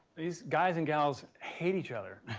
these guys and gals hate each other.